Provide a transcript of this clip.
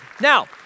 Now